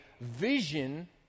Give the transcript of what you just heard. vision